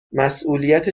مسئولیت